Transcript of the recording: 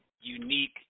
unique